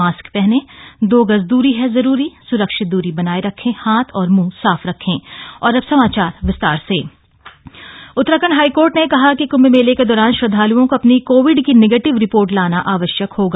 mask पहनें दो गज दूरी है जरूरी स्रक्षित दूरी बनाये रखें हाथ और मुंह साफ रखॊं high court on corona Uttarakhand high court ने कहा है कि कि क्म्भ मेले के दौरान श्रद्धालुओं को अपनी कोविड की नेगेटिव रिपोर्ट लाना आवश्यक होगा